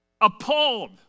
appalled